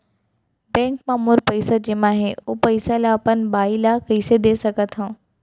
Bank म मोर पइसा जेमा हे, ओ पइसा ला अपन बाई ला कइसे दे सकत हव?